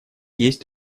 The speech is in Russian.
есть